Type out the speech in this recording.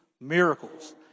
miracles